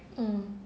mm